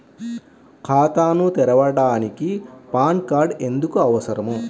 ఖాతాను తెరవడానికి PAN card ఎందుకు అవసరము?